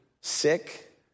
sick